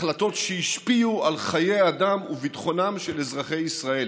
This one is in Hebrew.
החלטות שהשפיעו על חיי אדם וביטחונם של אזרחי ישראל,